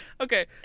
okay